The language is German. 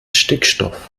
stickstoff